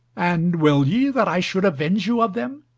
and will ye that i should avenge you of them?